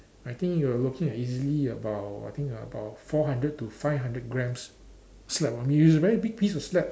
I think you were looking at easily about I think about four hundred to five hundred grams slab it was a very big piece of slab